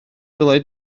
dylai